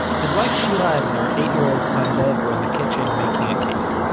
his wife shira and their eight-year-old son lev were in the kitchen making a cake.